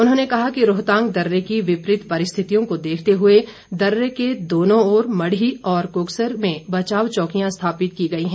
उन्होंने कहा कि रोहतांग दर्रे की विपरीत परिस्थितियों को देखते हुए दर्रे के दोनों ओर मढ़ी और कोकसर में बचाव चौकियां स्थापित की गई है